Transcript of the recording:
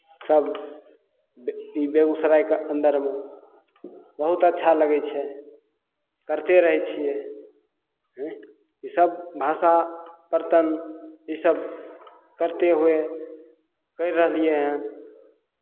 सभ बे ई बेगूसरायके अन्दरमे बहुत अच्छा लगै छै करिते रहै छियै हेँ इसभ भाषा बरतन इसभ करते हुए करि रहलियै हन